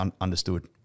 understood